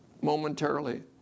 momentarily